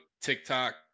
TikTok